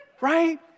Right